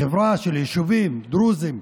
חברה של יישובים דרוזיים,